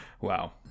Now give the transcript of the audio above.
Wow